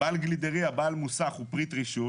בעל גלידריה, בעל מוסך הוא פריט רישוי.